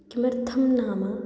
किमर्थं नाम